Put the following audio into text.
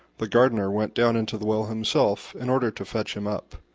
the gardener went down into the well himself in order to fetch him up.